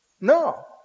No